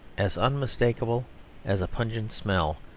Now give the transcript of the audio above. as unmistakable as a pungent smell,